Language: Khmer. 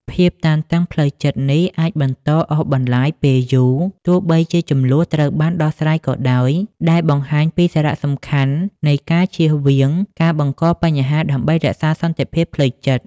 ភាពតានតឹងផ្លូវចិត្តនេះអាចបន្តអូសបន្លាយពេលយូរ ទោះបីជាជម្លោះត្រូវបានដោះស្រាយក៏ដោយ ដែលបង្ហាញពីសារៈសំខាន់នៃការជៀសវាងការបង្កបញ្ហាដើម្បីរក្សាសន្តិភាពផ្លូវចិត្ត។